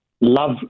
love